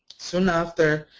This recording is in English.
soon after,